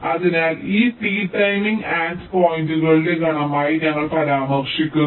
അതിനാൽ ഈ T timing end പോയിന്റുകളുടെ ഗണമായി ഞങ്ങൾ പരാമർശിക്കുന്നു